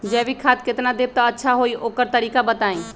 जैविक खाद केतना देब त अच्छा होइ ओकर तरीका बताई?